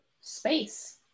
Space